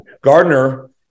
Gardner